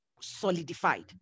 solidified